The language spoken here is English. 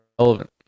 relevant